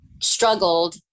struggled